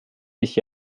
dich